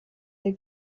der